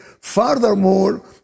Furthermore